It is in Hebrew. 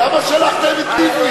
אז למה שלחתם את לבני?